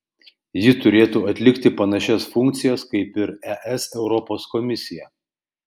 ji turėtų atlikti panašias funkcijas kaip ir es europos komisija